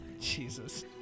Jesus